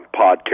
podcast